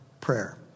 prayer